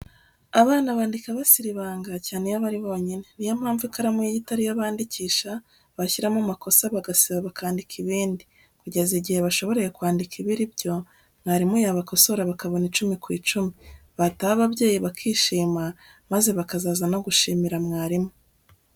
Abana bandika basiribanga, cyane iyo bari bonyine, ni yo mpamvu ikaramu y'igiti ari yo bandikisha, bashyiramo amakosa bagasiba bakandika ibindi, kugeza igihe bashoboreye kwandika ibiri byo, mwarimu yabakosora bakabona icumi ku icumi, bataha ababyeyi bakishima, maze bakazaza no gushimira mwarimu.